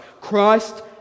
Christ